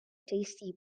tasty